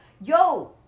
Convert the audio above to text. yo